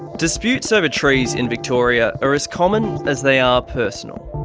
disputes over trees in victoria are as common as they are personal.